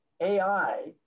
AI